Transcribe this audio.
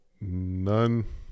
none